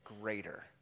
greater